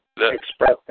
express